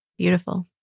Beautiful